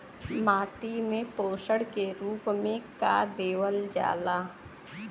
माटी में पोषण के रूप में का देवल जाला?